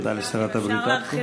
תודה לשרת הבריאות עד כה.